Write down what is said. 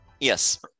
Yes